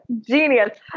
Genius